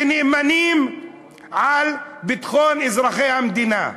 כאמונים על ביטחון אזרחי המדינה.